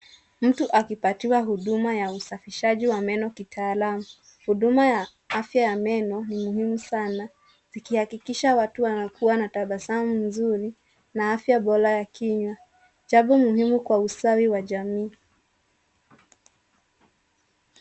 Ni mtu akipatiwa huduma ya usafishaji wa meno kitaalam. Huduma wa afya ya meno ni muhimu sana likihakikisha watu wanakuwa na tabasamu mzuri na afya bora ya kinywa. Jambo muhimu kwa ustawi wa jamii.